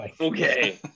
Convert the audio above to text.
Okay